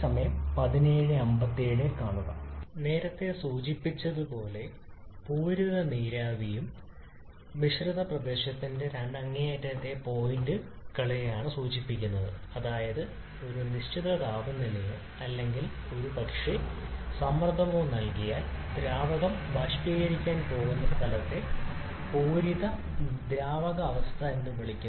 അതിനാൽ നേരത്തെ സൂചിപ്പിച്ചതുപോലെ പൂരിത ദ്രാവകവും നീരാവി നിലയും മിശ്രിത പ്രദേശത്തിന്റെ രണ്ട് അങ്ങേയറ്റത്തെ പോയിന്റുകളെയാണ് സൂചിപ്പിക്കുന്നത് അതായത് ഒരു നിശ്ചിത താപനിലയോ അല്ലെങ്കിൽ ഒരുപക്ഷേ സമ്മർദ്ദമോ നൽകിയാൽ ദ്രാവകം ബാഷ്പീകരിക്കാൻ പോകുന്ന സ്ഥലത്തെ പൂരിത ദ്രാവകാവസ്ഥ എന്ന് വിളിക്കുന്നു